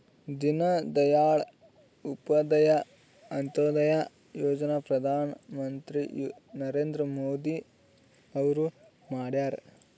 ದೀನ ದಯಾಳ್ ಉಪಾಧ್ಯಾಯ ಅಂತ್ಯೋದಯ ಯೋಜನಾ ಪ್ರಧಾನ್ ಮಂತ್ರಿ ನರೇಂದ್ರ ಮೋದಿ ಅವ್ರು ಮಾಡ್ಯಾರ್